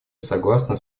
согласна